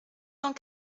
cent